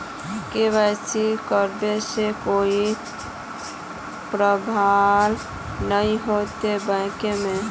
KYC करबे से कोई प्रॉब्लम नय होते न बैंक में?